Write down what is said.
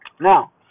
Now